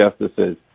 justices